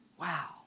Wow